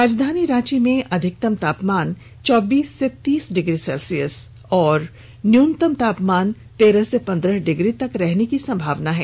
राजधानी रांची में अधिकतम तापमान चौबीस से तीस डिग्री सेल्सियस और न्यूनतम तापमान तेरह से पंद्रह डिग्री तक रहने की संभावना है